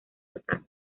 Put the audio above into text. total